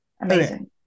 Amazing